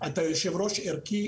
מ-20 יום עיכוב,